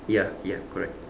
ya ya correct